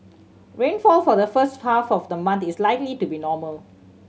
rainfall for the first half of the month is likely to be normal